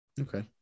Okay